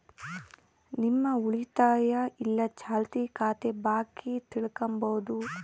ನಿಮ್ಮ ಉಳಿತಾಯ ಇಲ್ಲ ಚಾಲ್ತಿ ಖಾತೆ ಬಾಕಿ ತಿಳ್ಕಂಬದು